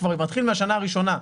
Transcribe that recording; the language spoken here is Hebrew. כבר מתחיל מהשנה הראשונה.